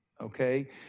Okay